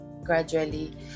gradually